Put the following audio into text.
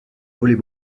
volley